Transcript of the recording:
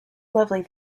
lovely